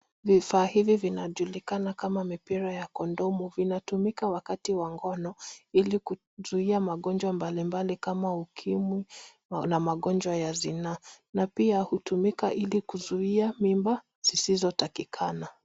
Vifaa hivi vinajulikana kama mipira ya kondomu . Vinatumika wakati wa ngono ili kuzuia magonjwa mbalimbali kama UKIMWI na magonjwa ya zinaa, na pia hutumika kuzuia mimba zisizotakikana.